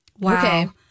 Wow